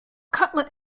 cutlet